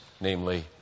Namely